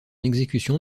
exécution